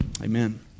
Amen